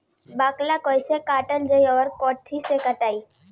बाकला कईसे काटल जाई औरो कट्ठा से कटाई?